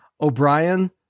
O'Brien